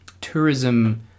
tourism